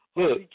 Look